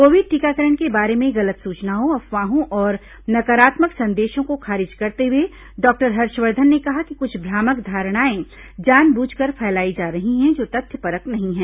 Covid टीकाकरण के बारे में गलत सुचनाओं अफवाहों और नकारात्मक संदेशों को खारिज करते हुए डॉक्टर हर्षवर्धन ने कहा कि कुछ भ्रामक धारणाएं जानबूझकर फैलाई जा रही हैं जो तथ्यपरक नहीं हैं